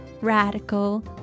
radical